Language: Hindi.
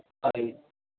भाई